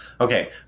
Okay